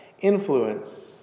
influence